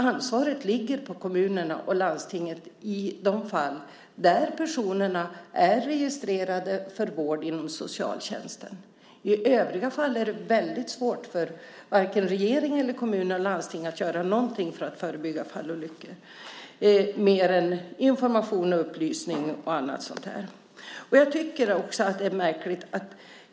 Ansvaret ligger på kommunerna och landstingen i de fall där personerna är registrerade för vård inom socialtjänsten. I övriga fall är det väldigt svårt för regering, kommun eller landsting att göra någonting för att förebygga fallolyckor mer än information, upplysning och annat sådant.